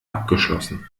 abgeschlossen